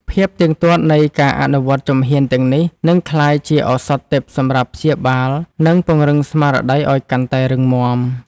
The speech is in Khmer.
ភាពទៀងទាត់នៃការអនុវត្តជំហានទាំងនេះ នឹងក្លាយជាឱសថទិព្វសម្រាប់ព្យាបាល និងពង្រឹងស្មារតីឱ្យកាន់តែរឹងមាំ។